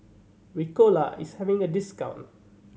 Ricola is having a discount